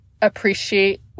appreciate